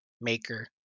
Maker